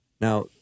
Now